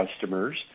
customers